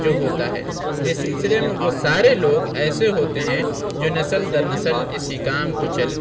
جو ہوتا ہے اس سلسلے میں وہ سارے لوگ ایسے ہوتے ہیں جو نسل در نسل اسی کام کو چل